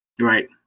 Right